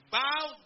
bow